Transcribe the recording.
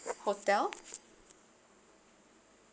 hotel